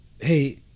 hey